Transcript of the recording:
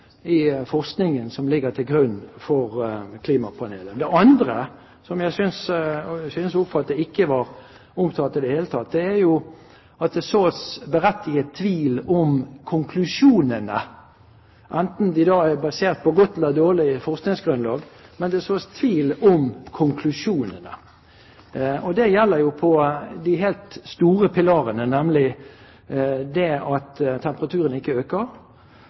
i forskningen som ligger til grunn for klimapanelet. Det andre, som jeg synes å oppfatte ikke var omtalt i det hele tatt, er at det sås berettiget tvil om konklusjonene, enten de da er basert på godt eller dårlig forskningsgrunnlag, men det sås altså tvil om konklusjonene. Det gjelder de helt sentrale pilarene, nemlig at temperaturen ikke øker,